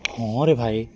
ମୁହଁରେ ଭାଇ